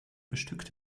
bestückt